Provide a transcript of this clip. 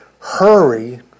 hurry